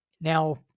Now